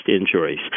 injuries